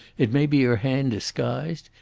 it may be her hand disguised.